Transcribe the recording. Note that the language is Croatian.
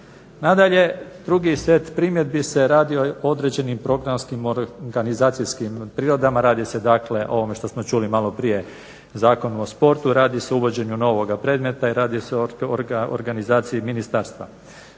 Nadalje, drugi set primjedbi se radi o određenim programskim organizacijskim prirodama, radi se dakle o ovome što smo čuli malo prije Zakonu o sportu, radi se o uvođenju novog predmeta i radi se o organizaciji ministarstva.